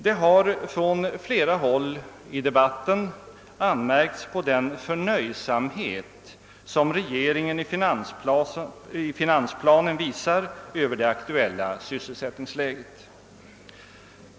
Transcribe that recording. Det har från flera håll i debatten anmärkts på den förnöjsamhet som regeringen i finansplanen visar över det aktuella sysselsättningsläget.